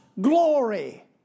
glory